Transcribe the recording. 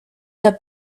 the